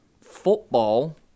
football